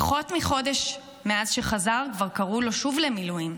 פחות מחודש מאז שחזר כבר קראו לו שוב למילואים.